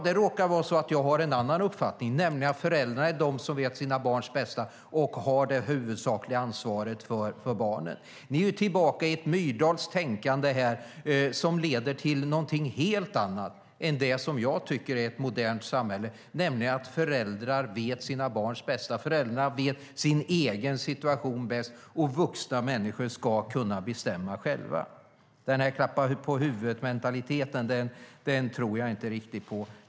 Det råkar vara så att jag har en annan uppfattning, nämligen att föräldrar är de som vet sitt barns bästa och har det huvudsakliga ansvaret för barnet. Ni är ju tillbaka i ett myrdalskt tänkande som leder till något helt annat än det som jag tycker är ett modernt samhälle, nämligen att föräldrar vet sina barns bästa och känner till sin egen situation bäst. Vuxna människor ska kunna bestämma själva. Jag tror inte riktigt på klappa-på-huvudet-mentaliteten.